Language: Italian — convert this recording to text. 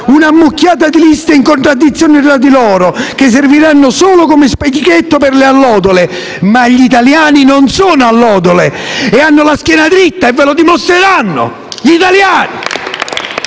Un'ammucchiata di liste in contraddizione tra di loro che serviranno solo come specchietto per le allodole, ma gli italiani non sono allodole e hanno la schiena dritta e ve lo dimostreranno. Gli italiani!